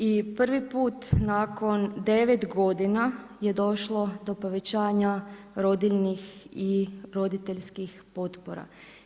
I prvi put nakon 9 godina je došlo do povećanja rodiljnih i roditeljskih potpora.